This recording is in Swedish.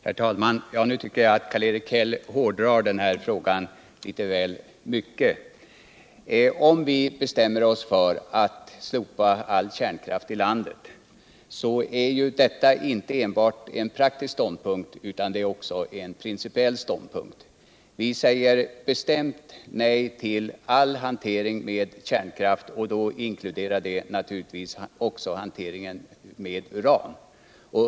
Herr talman! Nu tycker jag Karl-Erik Häll hårdrar den här frågan väl mycket. Om vi best:mmer oss för att slopa all kärnkraft i landet är det ju inte enbart en praktisk ståndpunkt utan också en principiell ståndpunkt. Vi säger bestämt nej till all hantering med kärnkraft, och då inkluderar det naturligtvis hanteringen med uran.